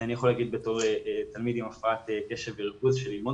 אני יכול להגיד בתור תלמיד עם הפרעת קשב וריכוז שללמוד